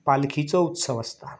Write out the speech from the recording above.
पालखीचो उत्सव आसता